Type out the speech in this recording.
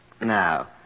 Now